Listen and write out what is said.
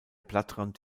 blattrand